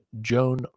Joan